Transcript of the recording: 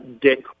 Dick